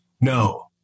no